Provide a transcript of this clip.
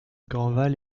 grandval